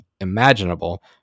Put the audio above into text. imaginable